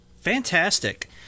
Fantastic